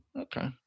okay